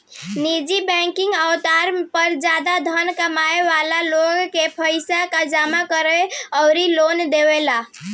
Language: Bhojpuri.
निजी बैंकिंग आमतौर पर ज्यादा धन कमाए वाला लोग के पईसा जामा करेला अउरी लोन देवेला